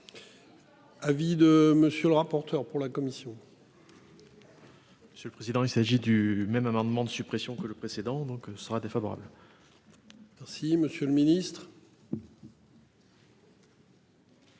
Avis de monsieur le rapporteur. Pour la commission. La. Monsieur le président, il s'agit du même amendement de suppression que le précédent, donc ce sera défavorable. Merci Monsieur le Ministre.